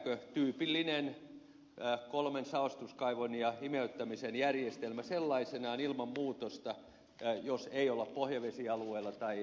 riittääkö tyypillinen kolmen saostuskaivon ja imeyttämisen järjestelmä sellaisenaan ilman muutosta jos ei olla pohjavesialueella tai vesistön lähellä